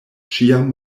ĉiam